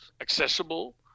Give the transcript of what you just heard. accessible